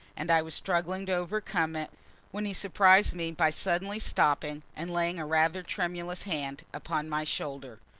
and i was struggling to overcome it when he surprised me by suddenly stopping and laying a rather tremulous hand upon my shoulder.